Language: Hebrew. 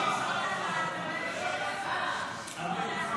17 נתקבלו.